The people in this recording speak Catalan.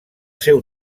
seu